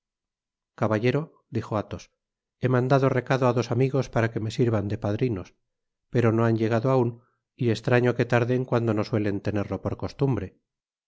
caballero dijo athos he mandado recado á dos amigos para que me sirvan de padrinos pero no han llegado aun y estraño que tarden cuando no suelen tenerlo por costumbre